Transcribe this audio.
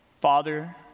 Father